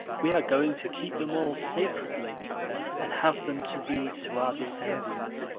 we are going to keep them all sacredly and have them to read to our descendants.